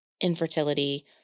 infertility